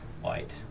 white